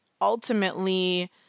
ultimately